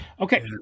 Okay